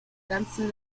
ganzen